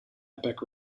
epic